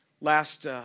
Last